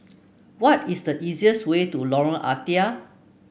what is the easiest way to Lorong Ah Thia